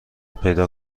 پیدا